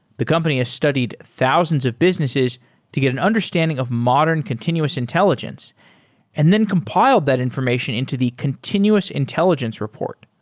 the company has studied thousands of businesses to get an understanding of modern continuous intelligence and then compile that information into the continuous intelligence report,